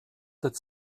that